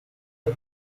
for